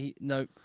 no